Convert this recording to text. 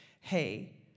hey